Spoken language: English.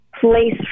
place